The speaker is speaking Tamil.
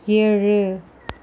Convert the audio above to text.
ஏழு